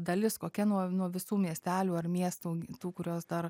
dalis kokia nuo nuo visų miestelių ar miestų tų kurios dar